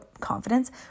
Confidence